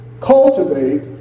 cultivate